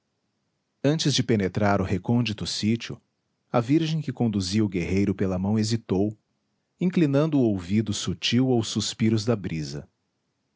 antes de penetrar o recôndito sítio a virgem que conduzia o guerreiro pela mão hesitou inclinando o ouvido sutil aos suspiros da brisa